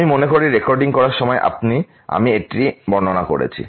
আমি মনে করি রেকর্ডিং করার সময় আমি এটি বর্ণনা করেছি